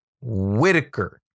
Whitaker